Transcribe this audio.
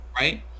right